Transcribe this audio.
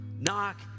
knock